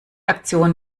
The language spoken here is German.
aktion